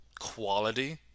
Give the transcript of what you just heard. quality